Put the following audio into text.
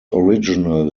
original